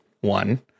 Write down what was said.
one